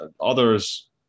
others